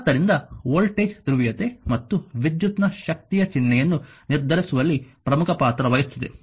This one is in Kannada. ಆದ್ದರಿಂದ ವೋಲ್ಟೇಜ್ನ ಧ್ರುವೀಯತೆ ಮತ್ತು ವಿದ್ಯುತ್ ನ ಶಕ್ತಿಯ ಚಿಹ್ನೆಯನ್ನು ನಿರ್ಧರಿಸುವಲ್ಲಿ ಪ್ರಮುಖ ಪಾತ್ರ ವಹಿಸುತ್ತದೆ